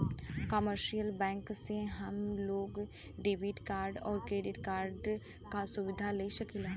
commercial bank से हम लोग डेबिट कार्ड आउर क्रेडिट कार्ड क सुविधा ले सकीला